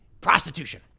prostitution